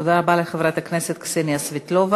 תודה רבה לחברת הכנסת קסניה סבטלובה.